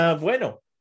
Bueno